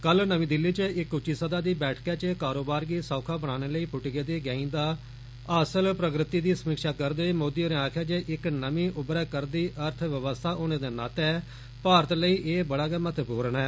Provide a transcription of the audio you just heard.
कल नमीं दिल्ली च इक उच्ची सतह दी बैठका च कारोबार गी सौखा बनाने लेई पुट्टी गेदी गैंईं च हासल प्रगति दी समीक्षा करदे होई मोदी होरें आखेआ जे इक नमीं उभरा'रदी अर्थबवस्था होने दे नाते भारत लेई एह बड़ा गै महत्वप्र्ण ऐ